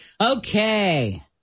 Okay